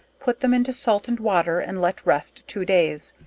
put them into salt and water and let rest two days,